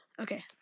Okay